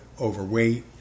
overweight